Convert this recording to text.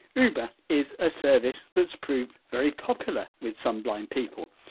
uber is a service that's proved very popular with some blind people.